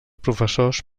professors